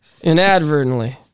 Inadvertently